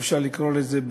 אפשר לקרוא לזה,